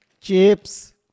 Chips